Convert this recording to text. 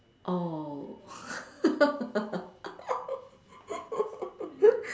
oh